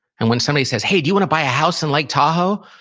and when somebody says, hey, do you want to buy a house in lake tahoe?